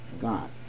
God